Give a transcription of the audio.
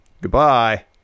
Goodbye